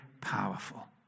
powerful